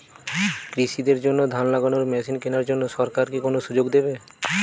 কৃষি দের জন্য ধান লাগানোর মেশিন কেনার জন্য সরকার কোন সুযোগ দেবে?